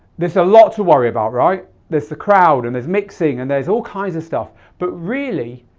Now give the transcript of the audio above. there's a lot to worry about, right? there's the crowd and there's mixing and there's all kinds of stuff but really,